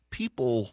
people